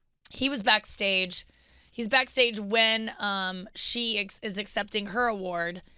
he was backstage he is backstage when um she is is accepting her award,